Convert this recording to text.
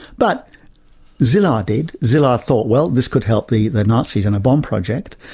but szilard did szilard thought, well, this could help the the nazis in a bomb project.